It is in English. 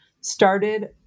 started